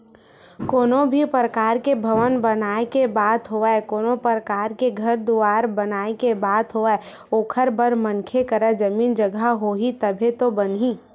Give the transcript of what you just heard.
कोनो भी परकार के भवन बनाए के बात होवय कोनो परकार के घर दुवार बनाए के बात होवय ओखर बर मनखे करा जमीन जघा होही तभे तो बनही